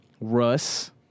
Russ